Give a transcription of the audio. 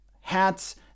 hats